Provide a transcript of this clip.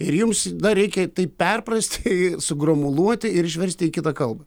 ir jums dar reikia tai perprasti sugrumuluoti ir išversti į kitą kalbą